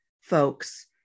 folks